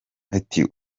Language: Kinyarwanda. ati